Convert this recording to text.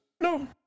No